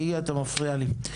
גיגי אתה מפריע לי.